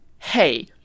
hey